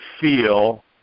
feel